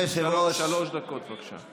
שלוש דקות, בבקשה.